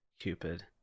Cupid